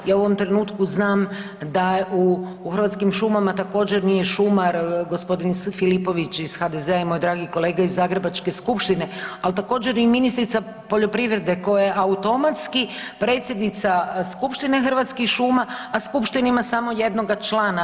Ja evo u ovom trenutku znam da u Hrvatskim šumama također nije šumar gospodin Filipović iz HDZ-a i moj dragi kolega iz Zagrebačke skupštine, ali također i ministrica poljoprivrede koja je automatski predsjednica Skupštine Hrvatskih šuma, a skupština ima samo jednog člana.